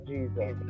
Jesus